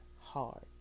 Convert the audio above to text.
hard